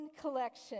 collection